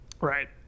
Right